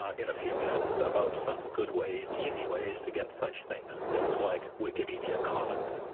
ah in a few minutes, about some good ways easy ways to get such things things like wikimedia commons.